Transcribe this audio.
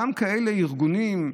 גם ארגונים,